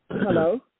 Hello